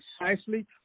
precisely